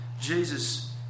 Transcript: Jesus